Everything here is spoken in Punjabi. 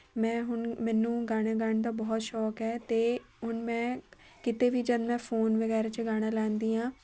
ਮੈਂ ਹੁਣ ਮੈਨੂੰ ਗਾਣੇ ਗਾਉਣ ਦਾ ਬਹੁਤ ਸ਼ੌਕ ਹੈ ਅਤੇ ਹੁਣ ਮੈਂ ਕਿਤੇ ਵੀ ਜਦ ਮੈਂ ਫ਼ੋਨ ਵਗੈਰਾ 'ਚ ਗਾਣਾ ਲਗਾਉਂਦੀ ਹਾਂ